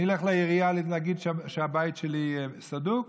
אני אלך לעירייה להגיד שהבית שלי סדוק,